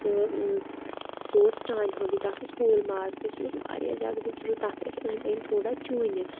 تہٕ سُہ اوس چاندِ ہُنٛدُے تَتھ اوس ہول مارٕک تہٕ سُہ اوس واریاہ زیادٕ خوٗبصوٗرت تَتھ ٲسۍ أنٛدۍ أنٛدۍ تھوڑا چوٗنہِ